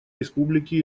республики